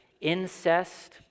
incest